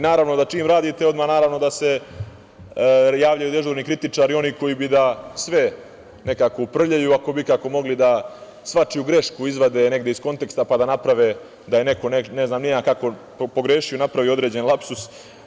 Naravno da čim radite odmah se javljaju dežurni kritičari, oni koji bi da sve uprljaju, ako bi ikako mogli da svačiju grešku izvade negde iz konteksta, pa da naprave da je neko pogrešio, napravio određeni lapsus.